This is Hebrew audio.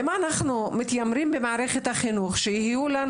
אם אנחנו מתיימרים במערכת החינוך שיהיו לנו